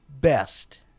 best